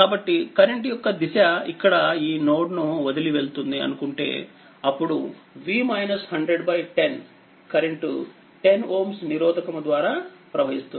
కాబట్టికరెంట్ యొక్క దిశ ఇక్కడ ఈ నోడ్ ను వదిలి వెళ్తుంది అనుకుంటే అప్పుడు 10కరెంట్10Ωనిరోధకము ద్వారా ప్రవహిస్తుంది